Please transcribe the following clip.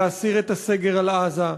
להסיר את הסגר על עזה,